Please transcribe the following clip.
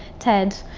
ted.